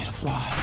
ah fly.